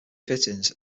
fittings